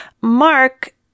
Mark